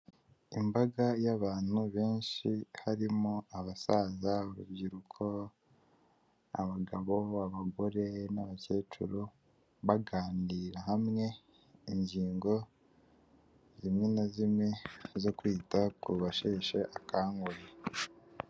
Imbaga y'abantu benshi, harimo abasaza, urubyiruko, abagabo, abagore, n'abakecuru, baganira hamwe ingingo zimwe na zimwe zo kwita ku basheshe akanguhe.